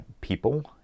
people